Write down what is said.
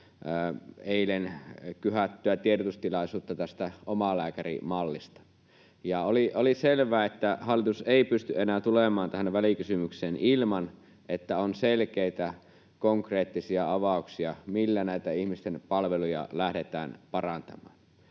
eilen kyhättyä tiedotustilaisuutta tästä omalääkärimallista, ja oli selvää, että hallitus ei pysty enää tulemaan tähän välikysymykseen ilman että on selkeitä, konkreettisia avauksia, millä näitä ihmisten palveluja lähdetään parantamaan.